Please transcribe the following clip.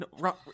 no